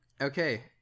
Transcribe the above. okay